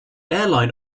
airline